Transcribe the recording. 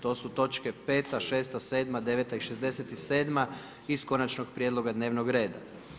To su točke: 5., 6., 7., 9. i 67. iz Konačnog prijedloga dnevnog reda.